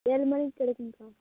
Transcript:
ஏழு மணிக்கு கிடைக்கும்க்கா